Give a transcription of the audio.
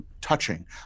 touching